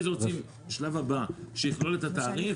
השלב הבא יכלול את התעריף.